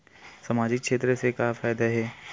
सामजिक क्षेत्र से का फ़ायदा हे?